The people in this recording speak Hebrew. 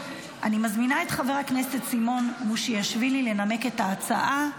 אני מזמינה את חבר הכנסת סימון מושיאשוילי לנמק את ההצעה.